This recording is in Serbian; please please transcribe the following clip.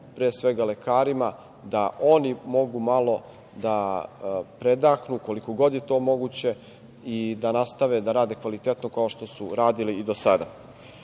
pre svega, lekarima da oni mogu malo da predahnu, koliko god je to moguće i da nastave da rade kvalitetno, kao što su radili i do